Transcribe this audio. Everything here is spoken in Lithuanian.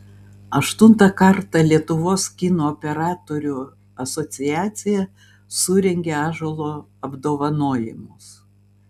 aštuntą kartą lietuvos kino operatorių asociacija surengė ąžuolo apdovanojimus